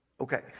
okay